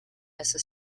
esta